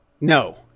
No